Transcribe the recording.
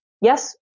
Yes